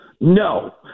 No